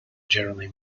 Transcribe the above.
generally